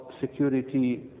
security